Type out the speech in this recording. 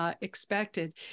Expected